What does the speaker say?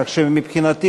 כך שמבחינתי,